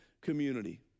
community